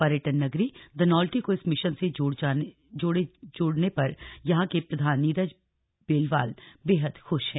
पर्यटन नगरी धनौल्टी को इस मिशन से जोड़ जाने पर यहां के प्रधान नीरज बेलवाल बेहद खुश हैं